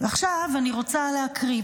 עכשיו אני רוצה להקריא,